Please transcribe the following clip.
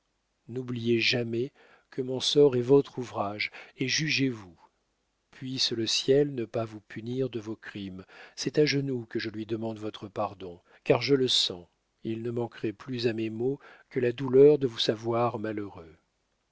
n'oubliez jamais que mon sort est votre ouvrage et jugez-vous puice le ciel ne pas vous punir de vos crimes c'est à genoux que je lui demende votre pardon car je le sens il ne me manquerai plus à mes maux que la douleur de vous savoir malheureux